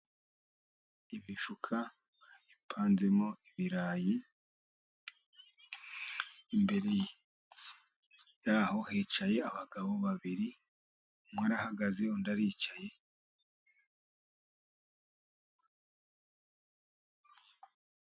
Imifuka ipanzemo ibirayi, imbere yaho hicaye abagabo babiri, umwe arahagaze, undi aricaye.